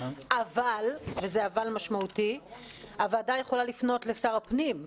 אבל הוועדה יכולה לפנות לשר הפנים.